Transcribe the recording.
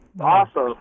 Awesome